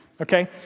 Okay